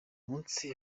munsi